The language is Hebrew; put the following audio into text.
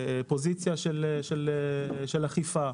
פוזיציה של אכיפה.